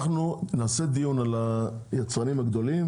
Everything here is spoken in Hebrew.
אנחנו נערוך דיון לגבי היצרנים הגדולים